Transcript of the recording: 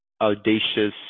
audacious